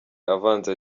avanze